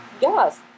Yes